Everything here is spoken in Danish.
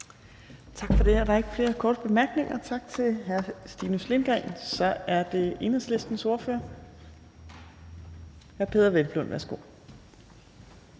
Torp): Der er ikke flere korte bemærkninger. Tak til hr. Stinus Lindgreen. Så er det Enhedslistens ordfører, hr. Peder Hvelplund. Værsgo.